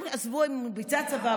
עזבו אם הוא ביצע צבא,